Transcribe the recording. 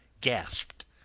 gasped